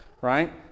Right